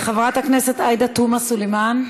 חברת הכנסת עאידה תומא סלימאן,